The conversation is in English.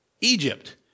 Egypt